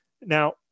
Now